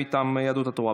מטעם יהדות התורה,